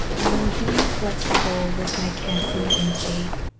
and i'm being flexible with my caffeine intake.